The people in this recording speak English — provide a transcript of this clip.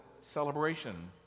celebration